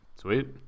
sweet